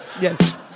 Yes